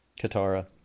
Katara